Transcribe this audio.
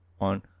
on